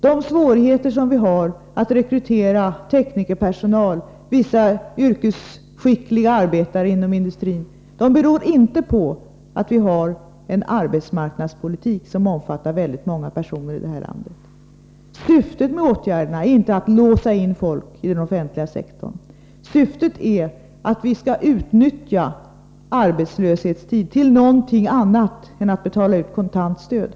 De svårigheter som vi har att rekrytera teknikerpersonal och vissa yrkesskickliga arbetare inom industrin beror inte på att vi har en arbetsmarknadspolitik som omfattar många personer i landet. Syftet med åtgärderna är inte att låsa in folk i den offentliga sektorn, utan syftet är att vi skall utnyttja arbetslöshetstid till något annat än att betala ut kontantstöd.